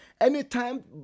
Anytime